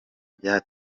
bya